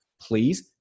please